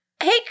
Hey